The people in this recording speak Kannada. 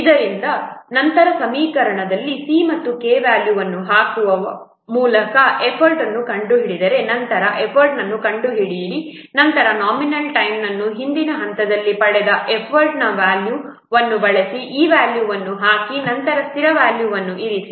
ಆದ್ದರಿಂದ ನಂತರ ಸಮೀಕರಣದಲ್ಲಿ c ಮತ್ತು k ವ್ಯಾಲ್ಯೂವನ್ನು ಹಾಕುವ ಮೂಲಕ ಎಫರ್ಟ್ನನ್ನು ಕಂಡುಹಿಡಿದ ನಂತರ ಎಫರ್ಟ್ನನ್ನು ಕಂಡುಹಿಡಿಯಿರಿ ನಂತರ ನಾಮಿನಲ್ ಟೈಮ್ನನ್ನು ಹಿಂದಿನ ಹಂತದಲ್ಲಿ ಪಡೆದ ಎಫರ್ಟ್ನ ಈ ವ್ಯಾಲ್ಯೂವನ್ನು ಬಳಸಿ ಆ ವ್ಯಾಲ್ಯೂವನ್ನು ಹಾಕಿ ನಂತರ ಸ್ಥಿರ ವ್ಯಾಲ್ಯೂವನ್ನು ಇರಿಸಿ